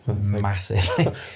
Massive